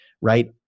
right